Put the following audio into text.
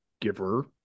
giver